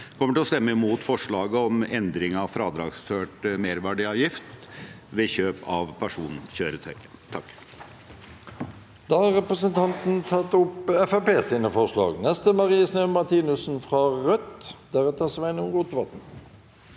vi kommer til å stemme imot forslaget om endring av fradragsført merverdiavgift ved kjøp av personkjøretøy.